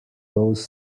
those